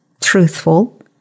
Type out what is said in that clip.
truthful